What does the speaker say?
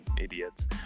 idiots